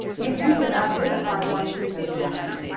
if you can identify one group as different,